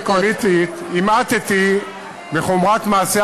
כשאמרתי "מאכעריות" פוליטית המעטתי בחומרת מעשיה